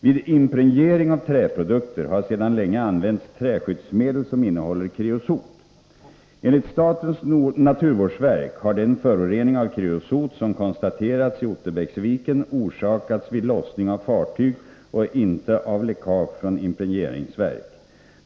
Vid impregnering av träprodukter har sedan länge använts träskyddsmedel som innehåller kreosot. Enligt statens naturvårdsverk har den förorening av kreosot som konstaterats i Otterbäcksviken orsakats vid lossning av fartyg och inte av läckage från impregneringsverk.